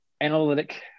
Analytic